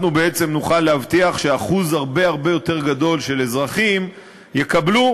אנחנו נוכל להבטיח ששיעור הרבה יותר גבוה של אזרחים יקבלו